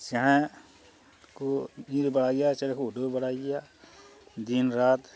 ᱪᱮᱬᱮ ᱠᱚ ᱧᱤᱨ ᱵᱟᱲᱟᱭ ᱜᱮᱭᱟ ᱪᱟᱦᱮᱸ ᱠᱚ ᱩᱰᱟᱹᱣ ᱵᱟᱲᱟᱭ ᱜᱮᱭᱟ ᱫᱤᱱ ᱨᱟᱛ